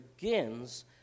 begins